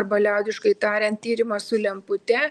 arba liaudiškai tariant tyrimą su lempute